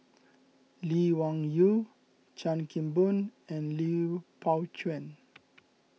Lee Wung Yew Chan Kim Boon and Lui Pao Chuen